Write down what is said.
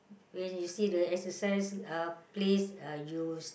when you see the exercise uh place uh you